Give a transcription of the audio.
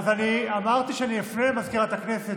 אז אני אמרתי שאפנה למזכירת הכנסת.